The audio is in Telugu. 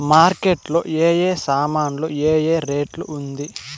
మార్కెట్ లో ఏ ఏ సామాన్లు ఏ ఏ రేటు ఉంది?